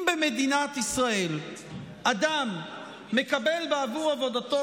אם במדינת ישראל אדם מקבל בעבור עבודתו